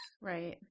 right